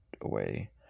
away